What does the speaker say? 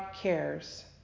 cares